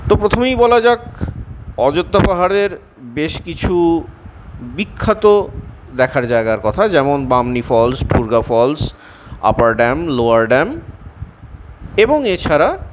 তো প্রথমেই বলা যাক অযোধ্যা পাহাড়ের বেশ কিছু বিখ্যাত দেখার জায়গার কথা যেমন Bamni falls Turga falls upper dam lower dam এবং এছাড়া